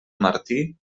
martí